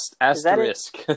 Asterisk